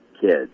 kids